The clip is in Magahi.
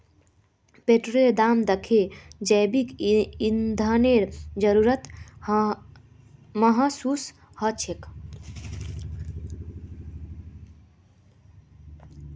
पेट्रोलेर दाम दखे जैविक ईंधनेर जरूरत महसूस ह छेक